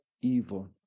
evil